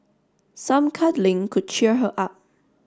some cuddling could cheer her up